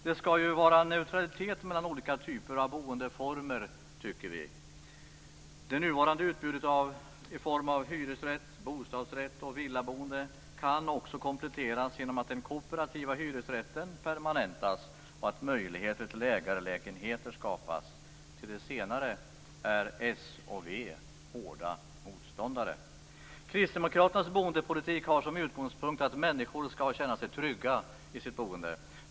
Det skall vara neutralitet mellan olika typer av boendeformer. Det nuvarande utbudet i form av hyresrätt, bostadsrätt och villaboende kan också kompletteras genom att den kooperativa hyresrätten permanentas och att möjligheter till ägarlägenheter skapas. Till det senare är s och v hårda motståndare. Kristdemokraternas boendepolitik har som utgångspunkt att människor skall känna sig trygga i sitt boende.